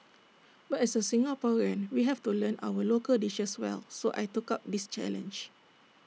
but as A Singaporean we have to learn our local dishes well so I took up this challenge